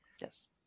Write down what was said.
Yes